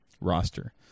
roster